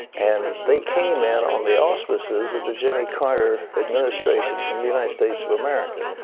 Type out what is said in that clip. and they came in on the auspices of the jimmy carter administration from the united states of america.